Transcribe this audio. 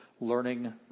learning